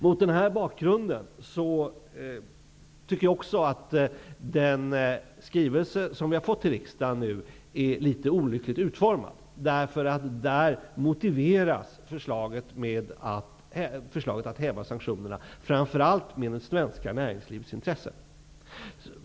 Mot den här bakgrunden tycker jag att den skrivelse som vi har fått till riksdagen är litet olyckligt utformad. Där motiveras förslaget att häva sanktioner framför allt med det svenska näringslivets intressen.